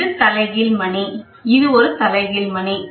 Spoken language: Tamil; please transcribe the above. இது தலைகீழ் மணி இது ஒரு தலைகீழ் மணி